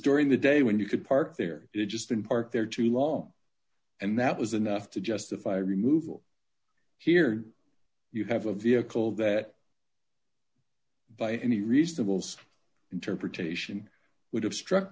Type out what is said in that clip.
during the day when you could park there it just been parked there too long and that was enough to justify removal here you have a vehicle that by any reasonable size interpretation would have struck